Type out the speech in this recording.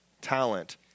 talent